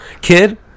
Kid